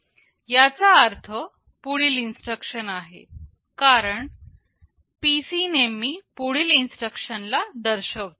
याचा अर्थ पुढील इन्स्ट्रक्शन आहे कारण की PC नेहमी पुढील इन्स्ट्रक्शन ला दर्शवतो